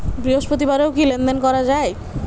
বৃহস্পতিবারেও কি লেনদেন করা যায়?